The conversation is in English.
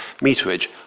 meterage